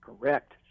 Correct